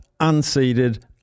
unseeded